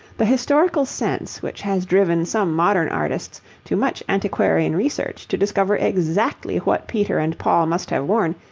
the historical sense, which has driven some modern artists to much antiquarian research to discover exactly what peter and paul must have worn,